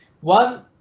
One